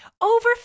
over